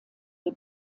der